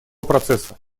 процесса